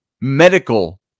medical